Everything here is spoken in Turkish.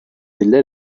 dille